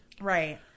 Right